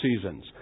seasons